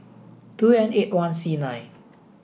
two N eight one C nine